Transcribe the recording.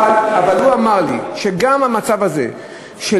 אבל הוא אמר לי שגם המצב הזה,